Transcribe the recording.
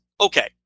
okay